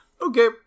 Okay